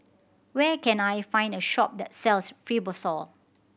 where can I find a shop that sells Fibrosol